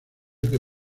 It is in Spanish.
que